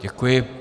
Děkuji.